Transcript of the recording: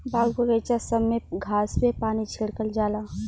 बाग बगइचा सब में घास पे पानी छिड़कल जाला